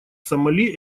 сомали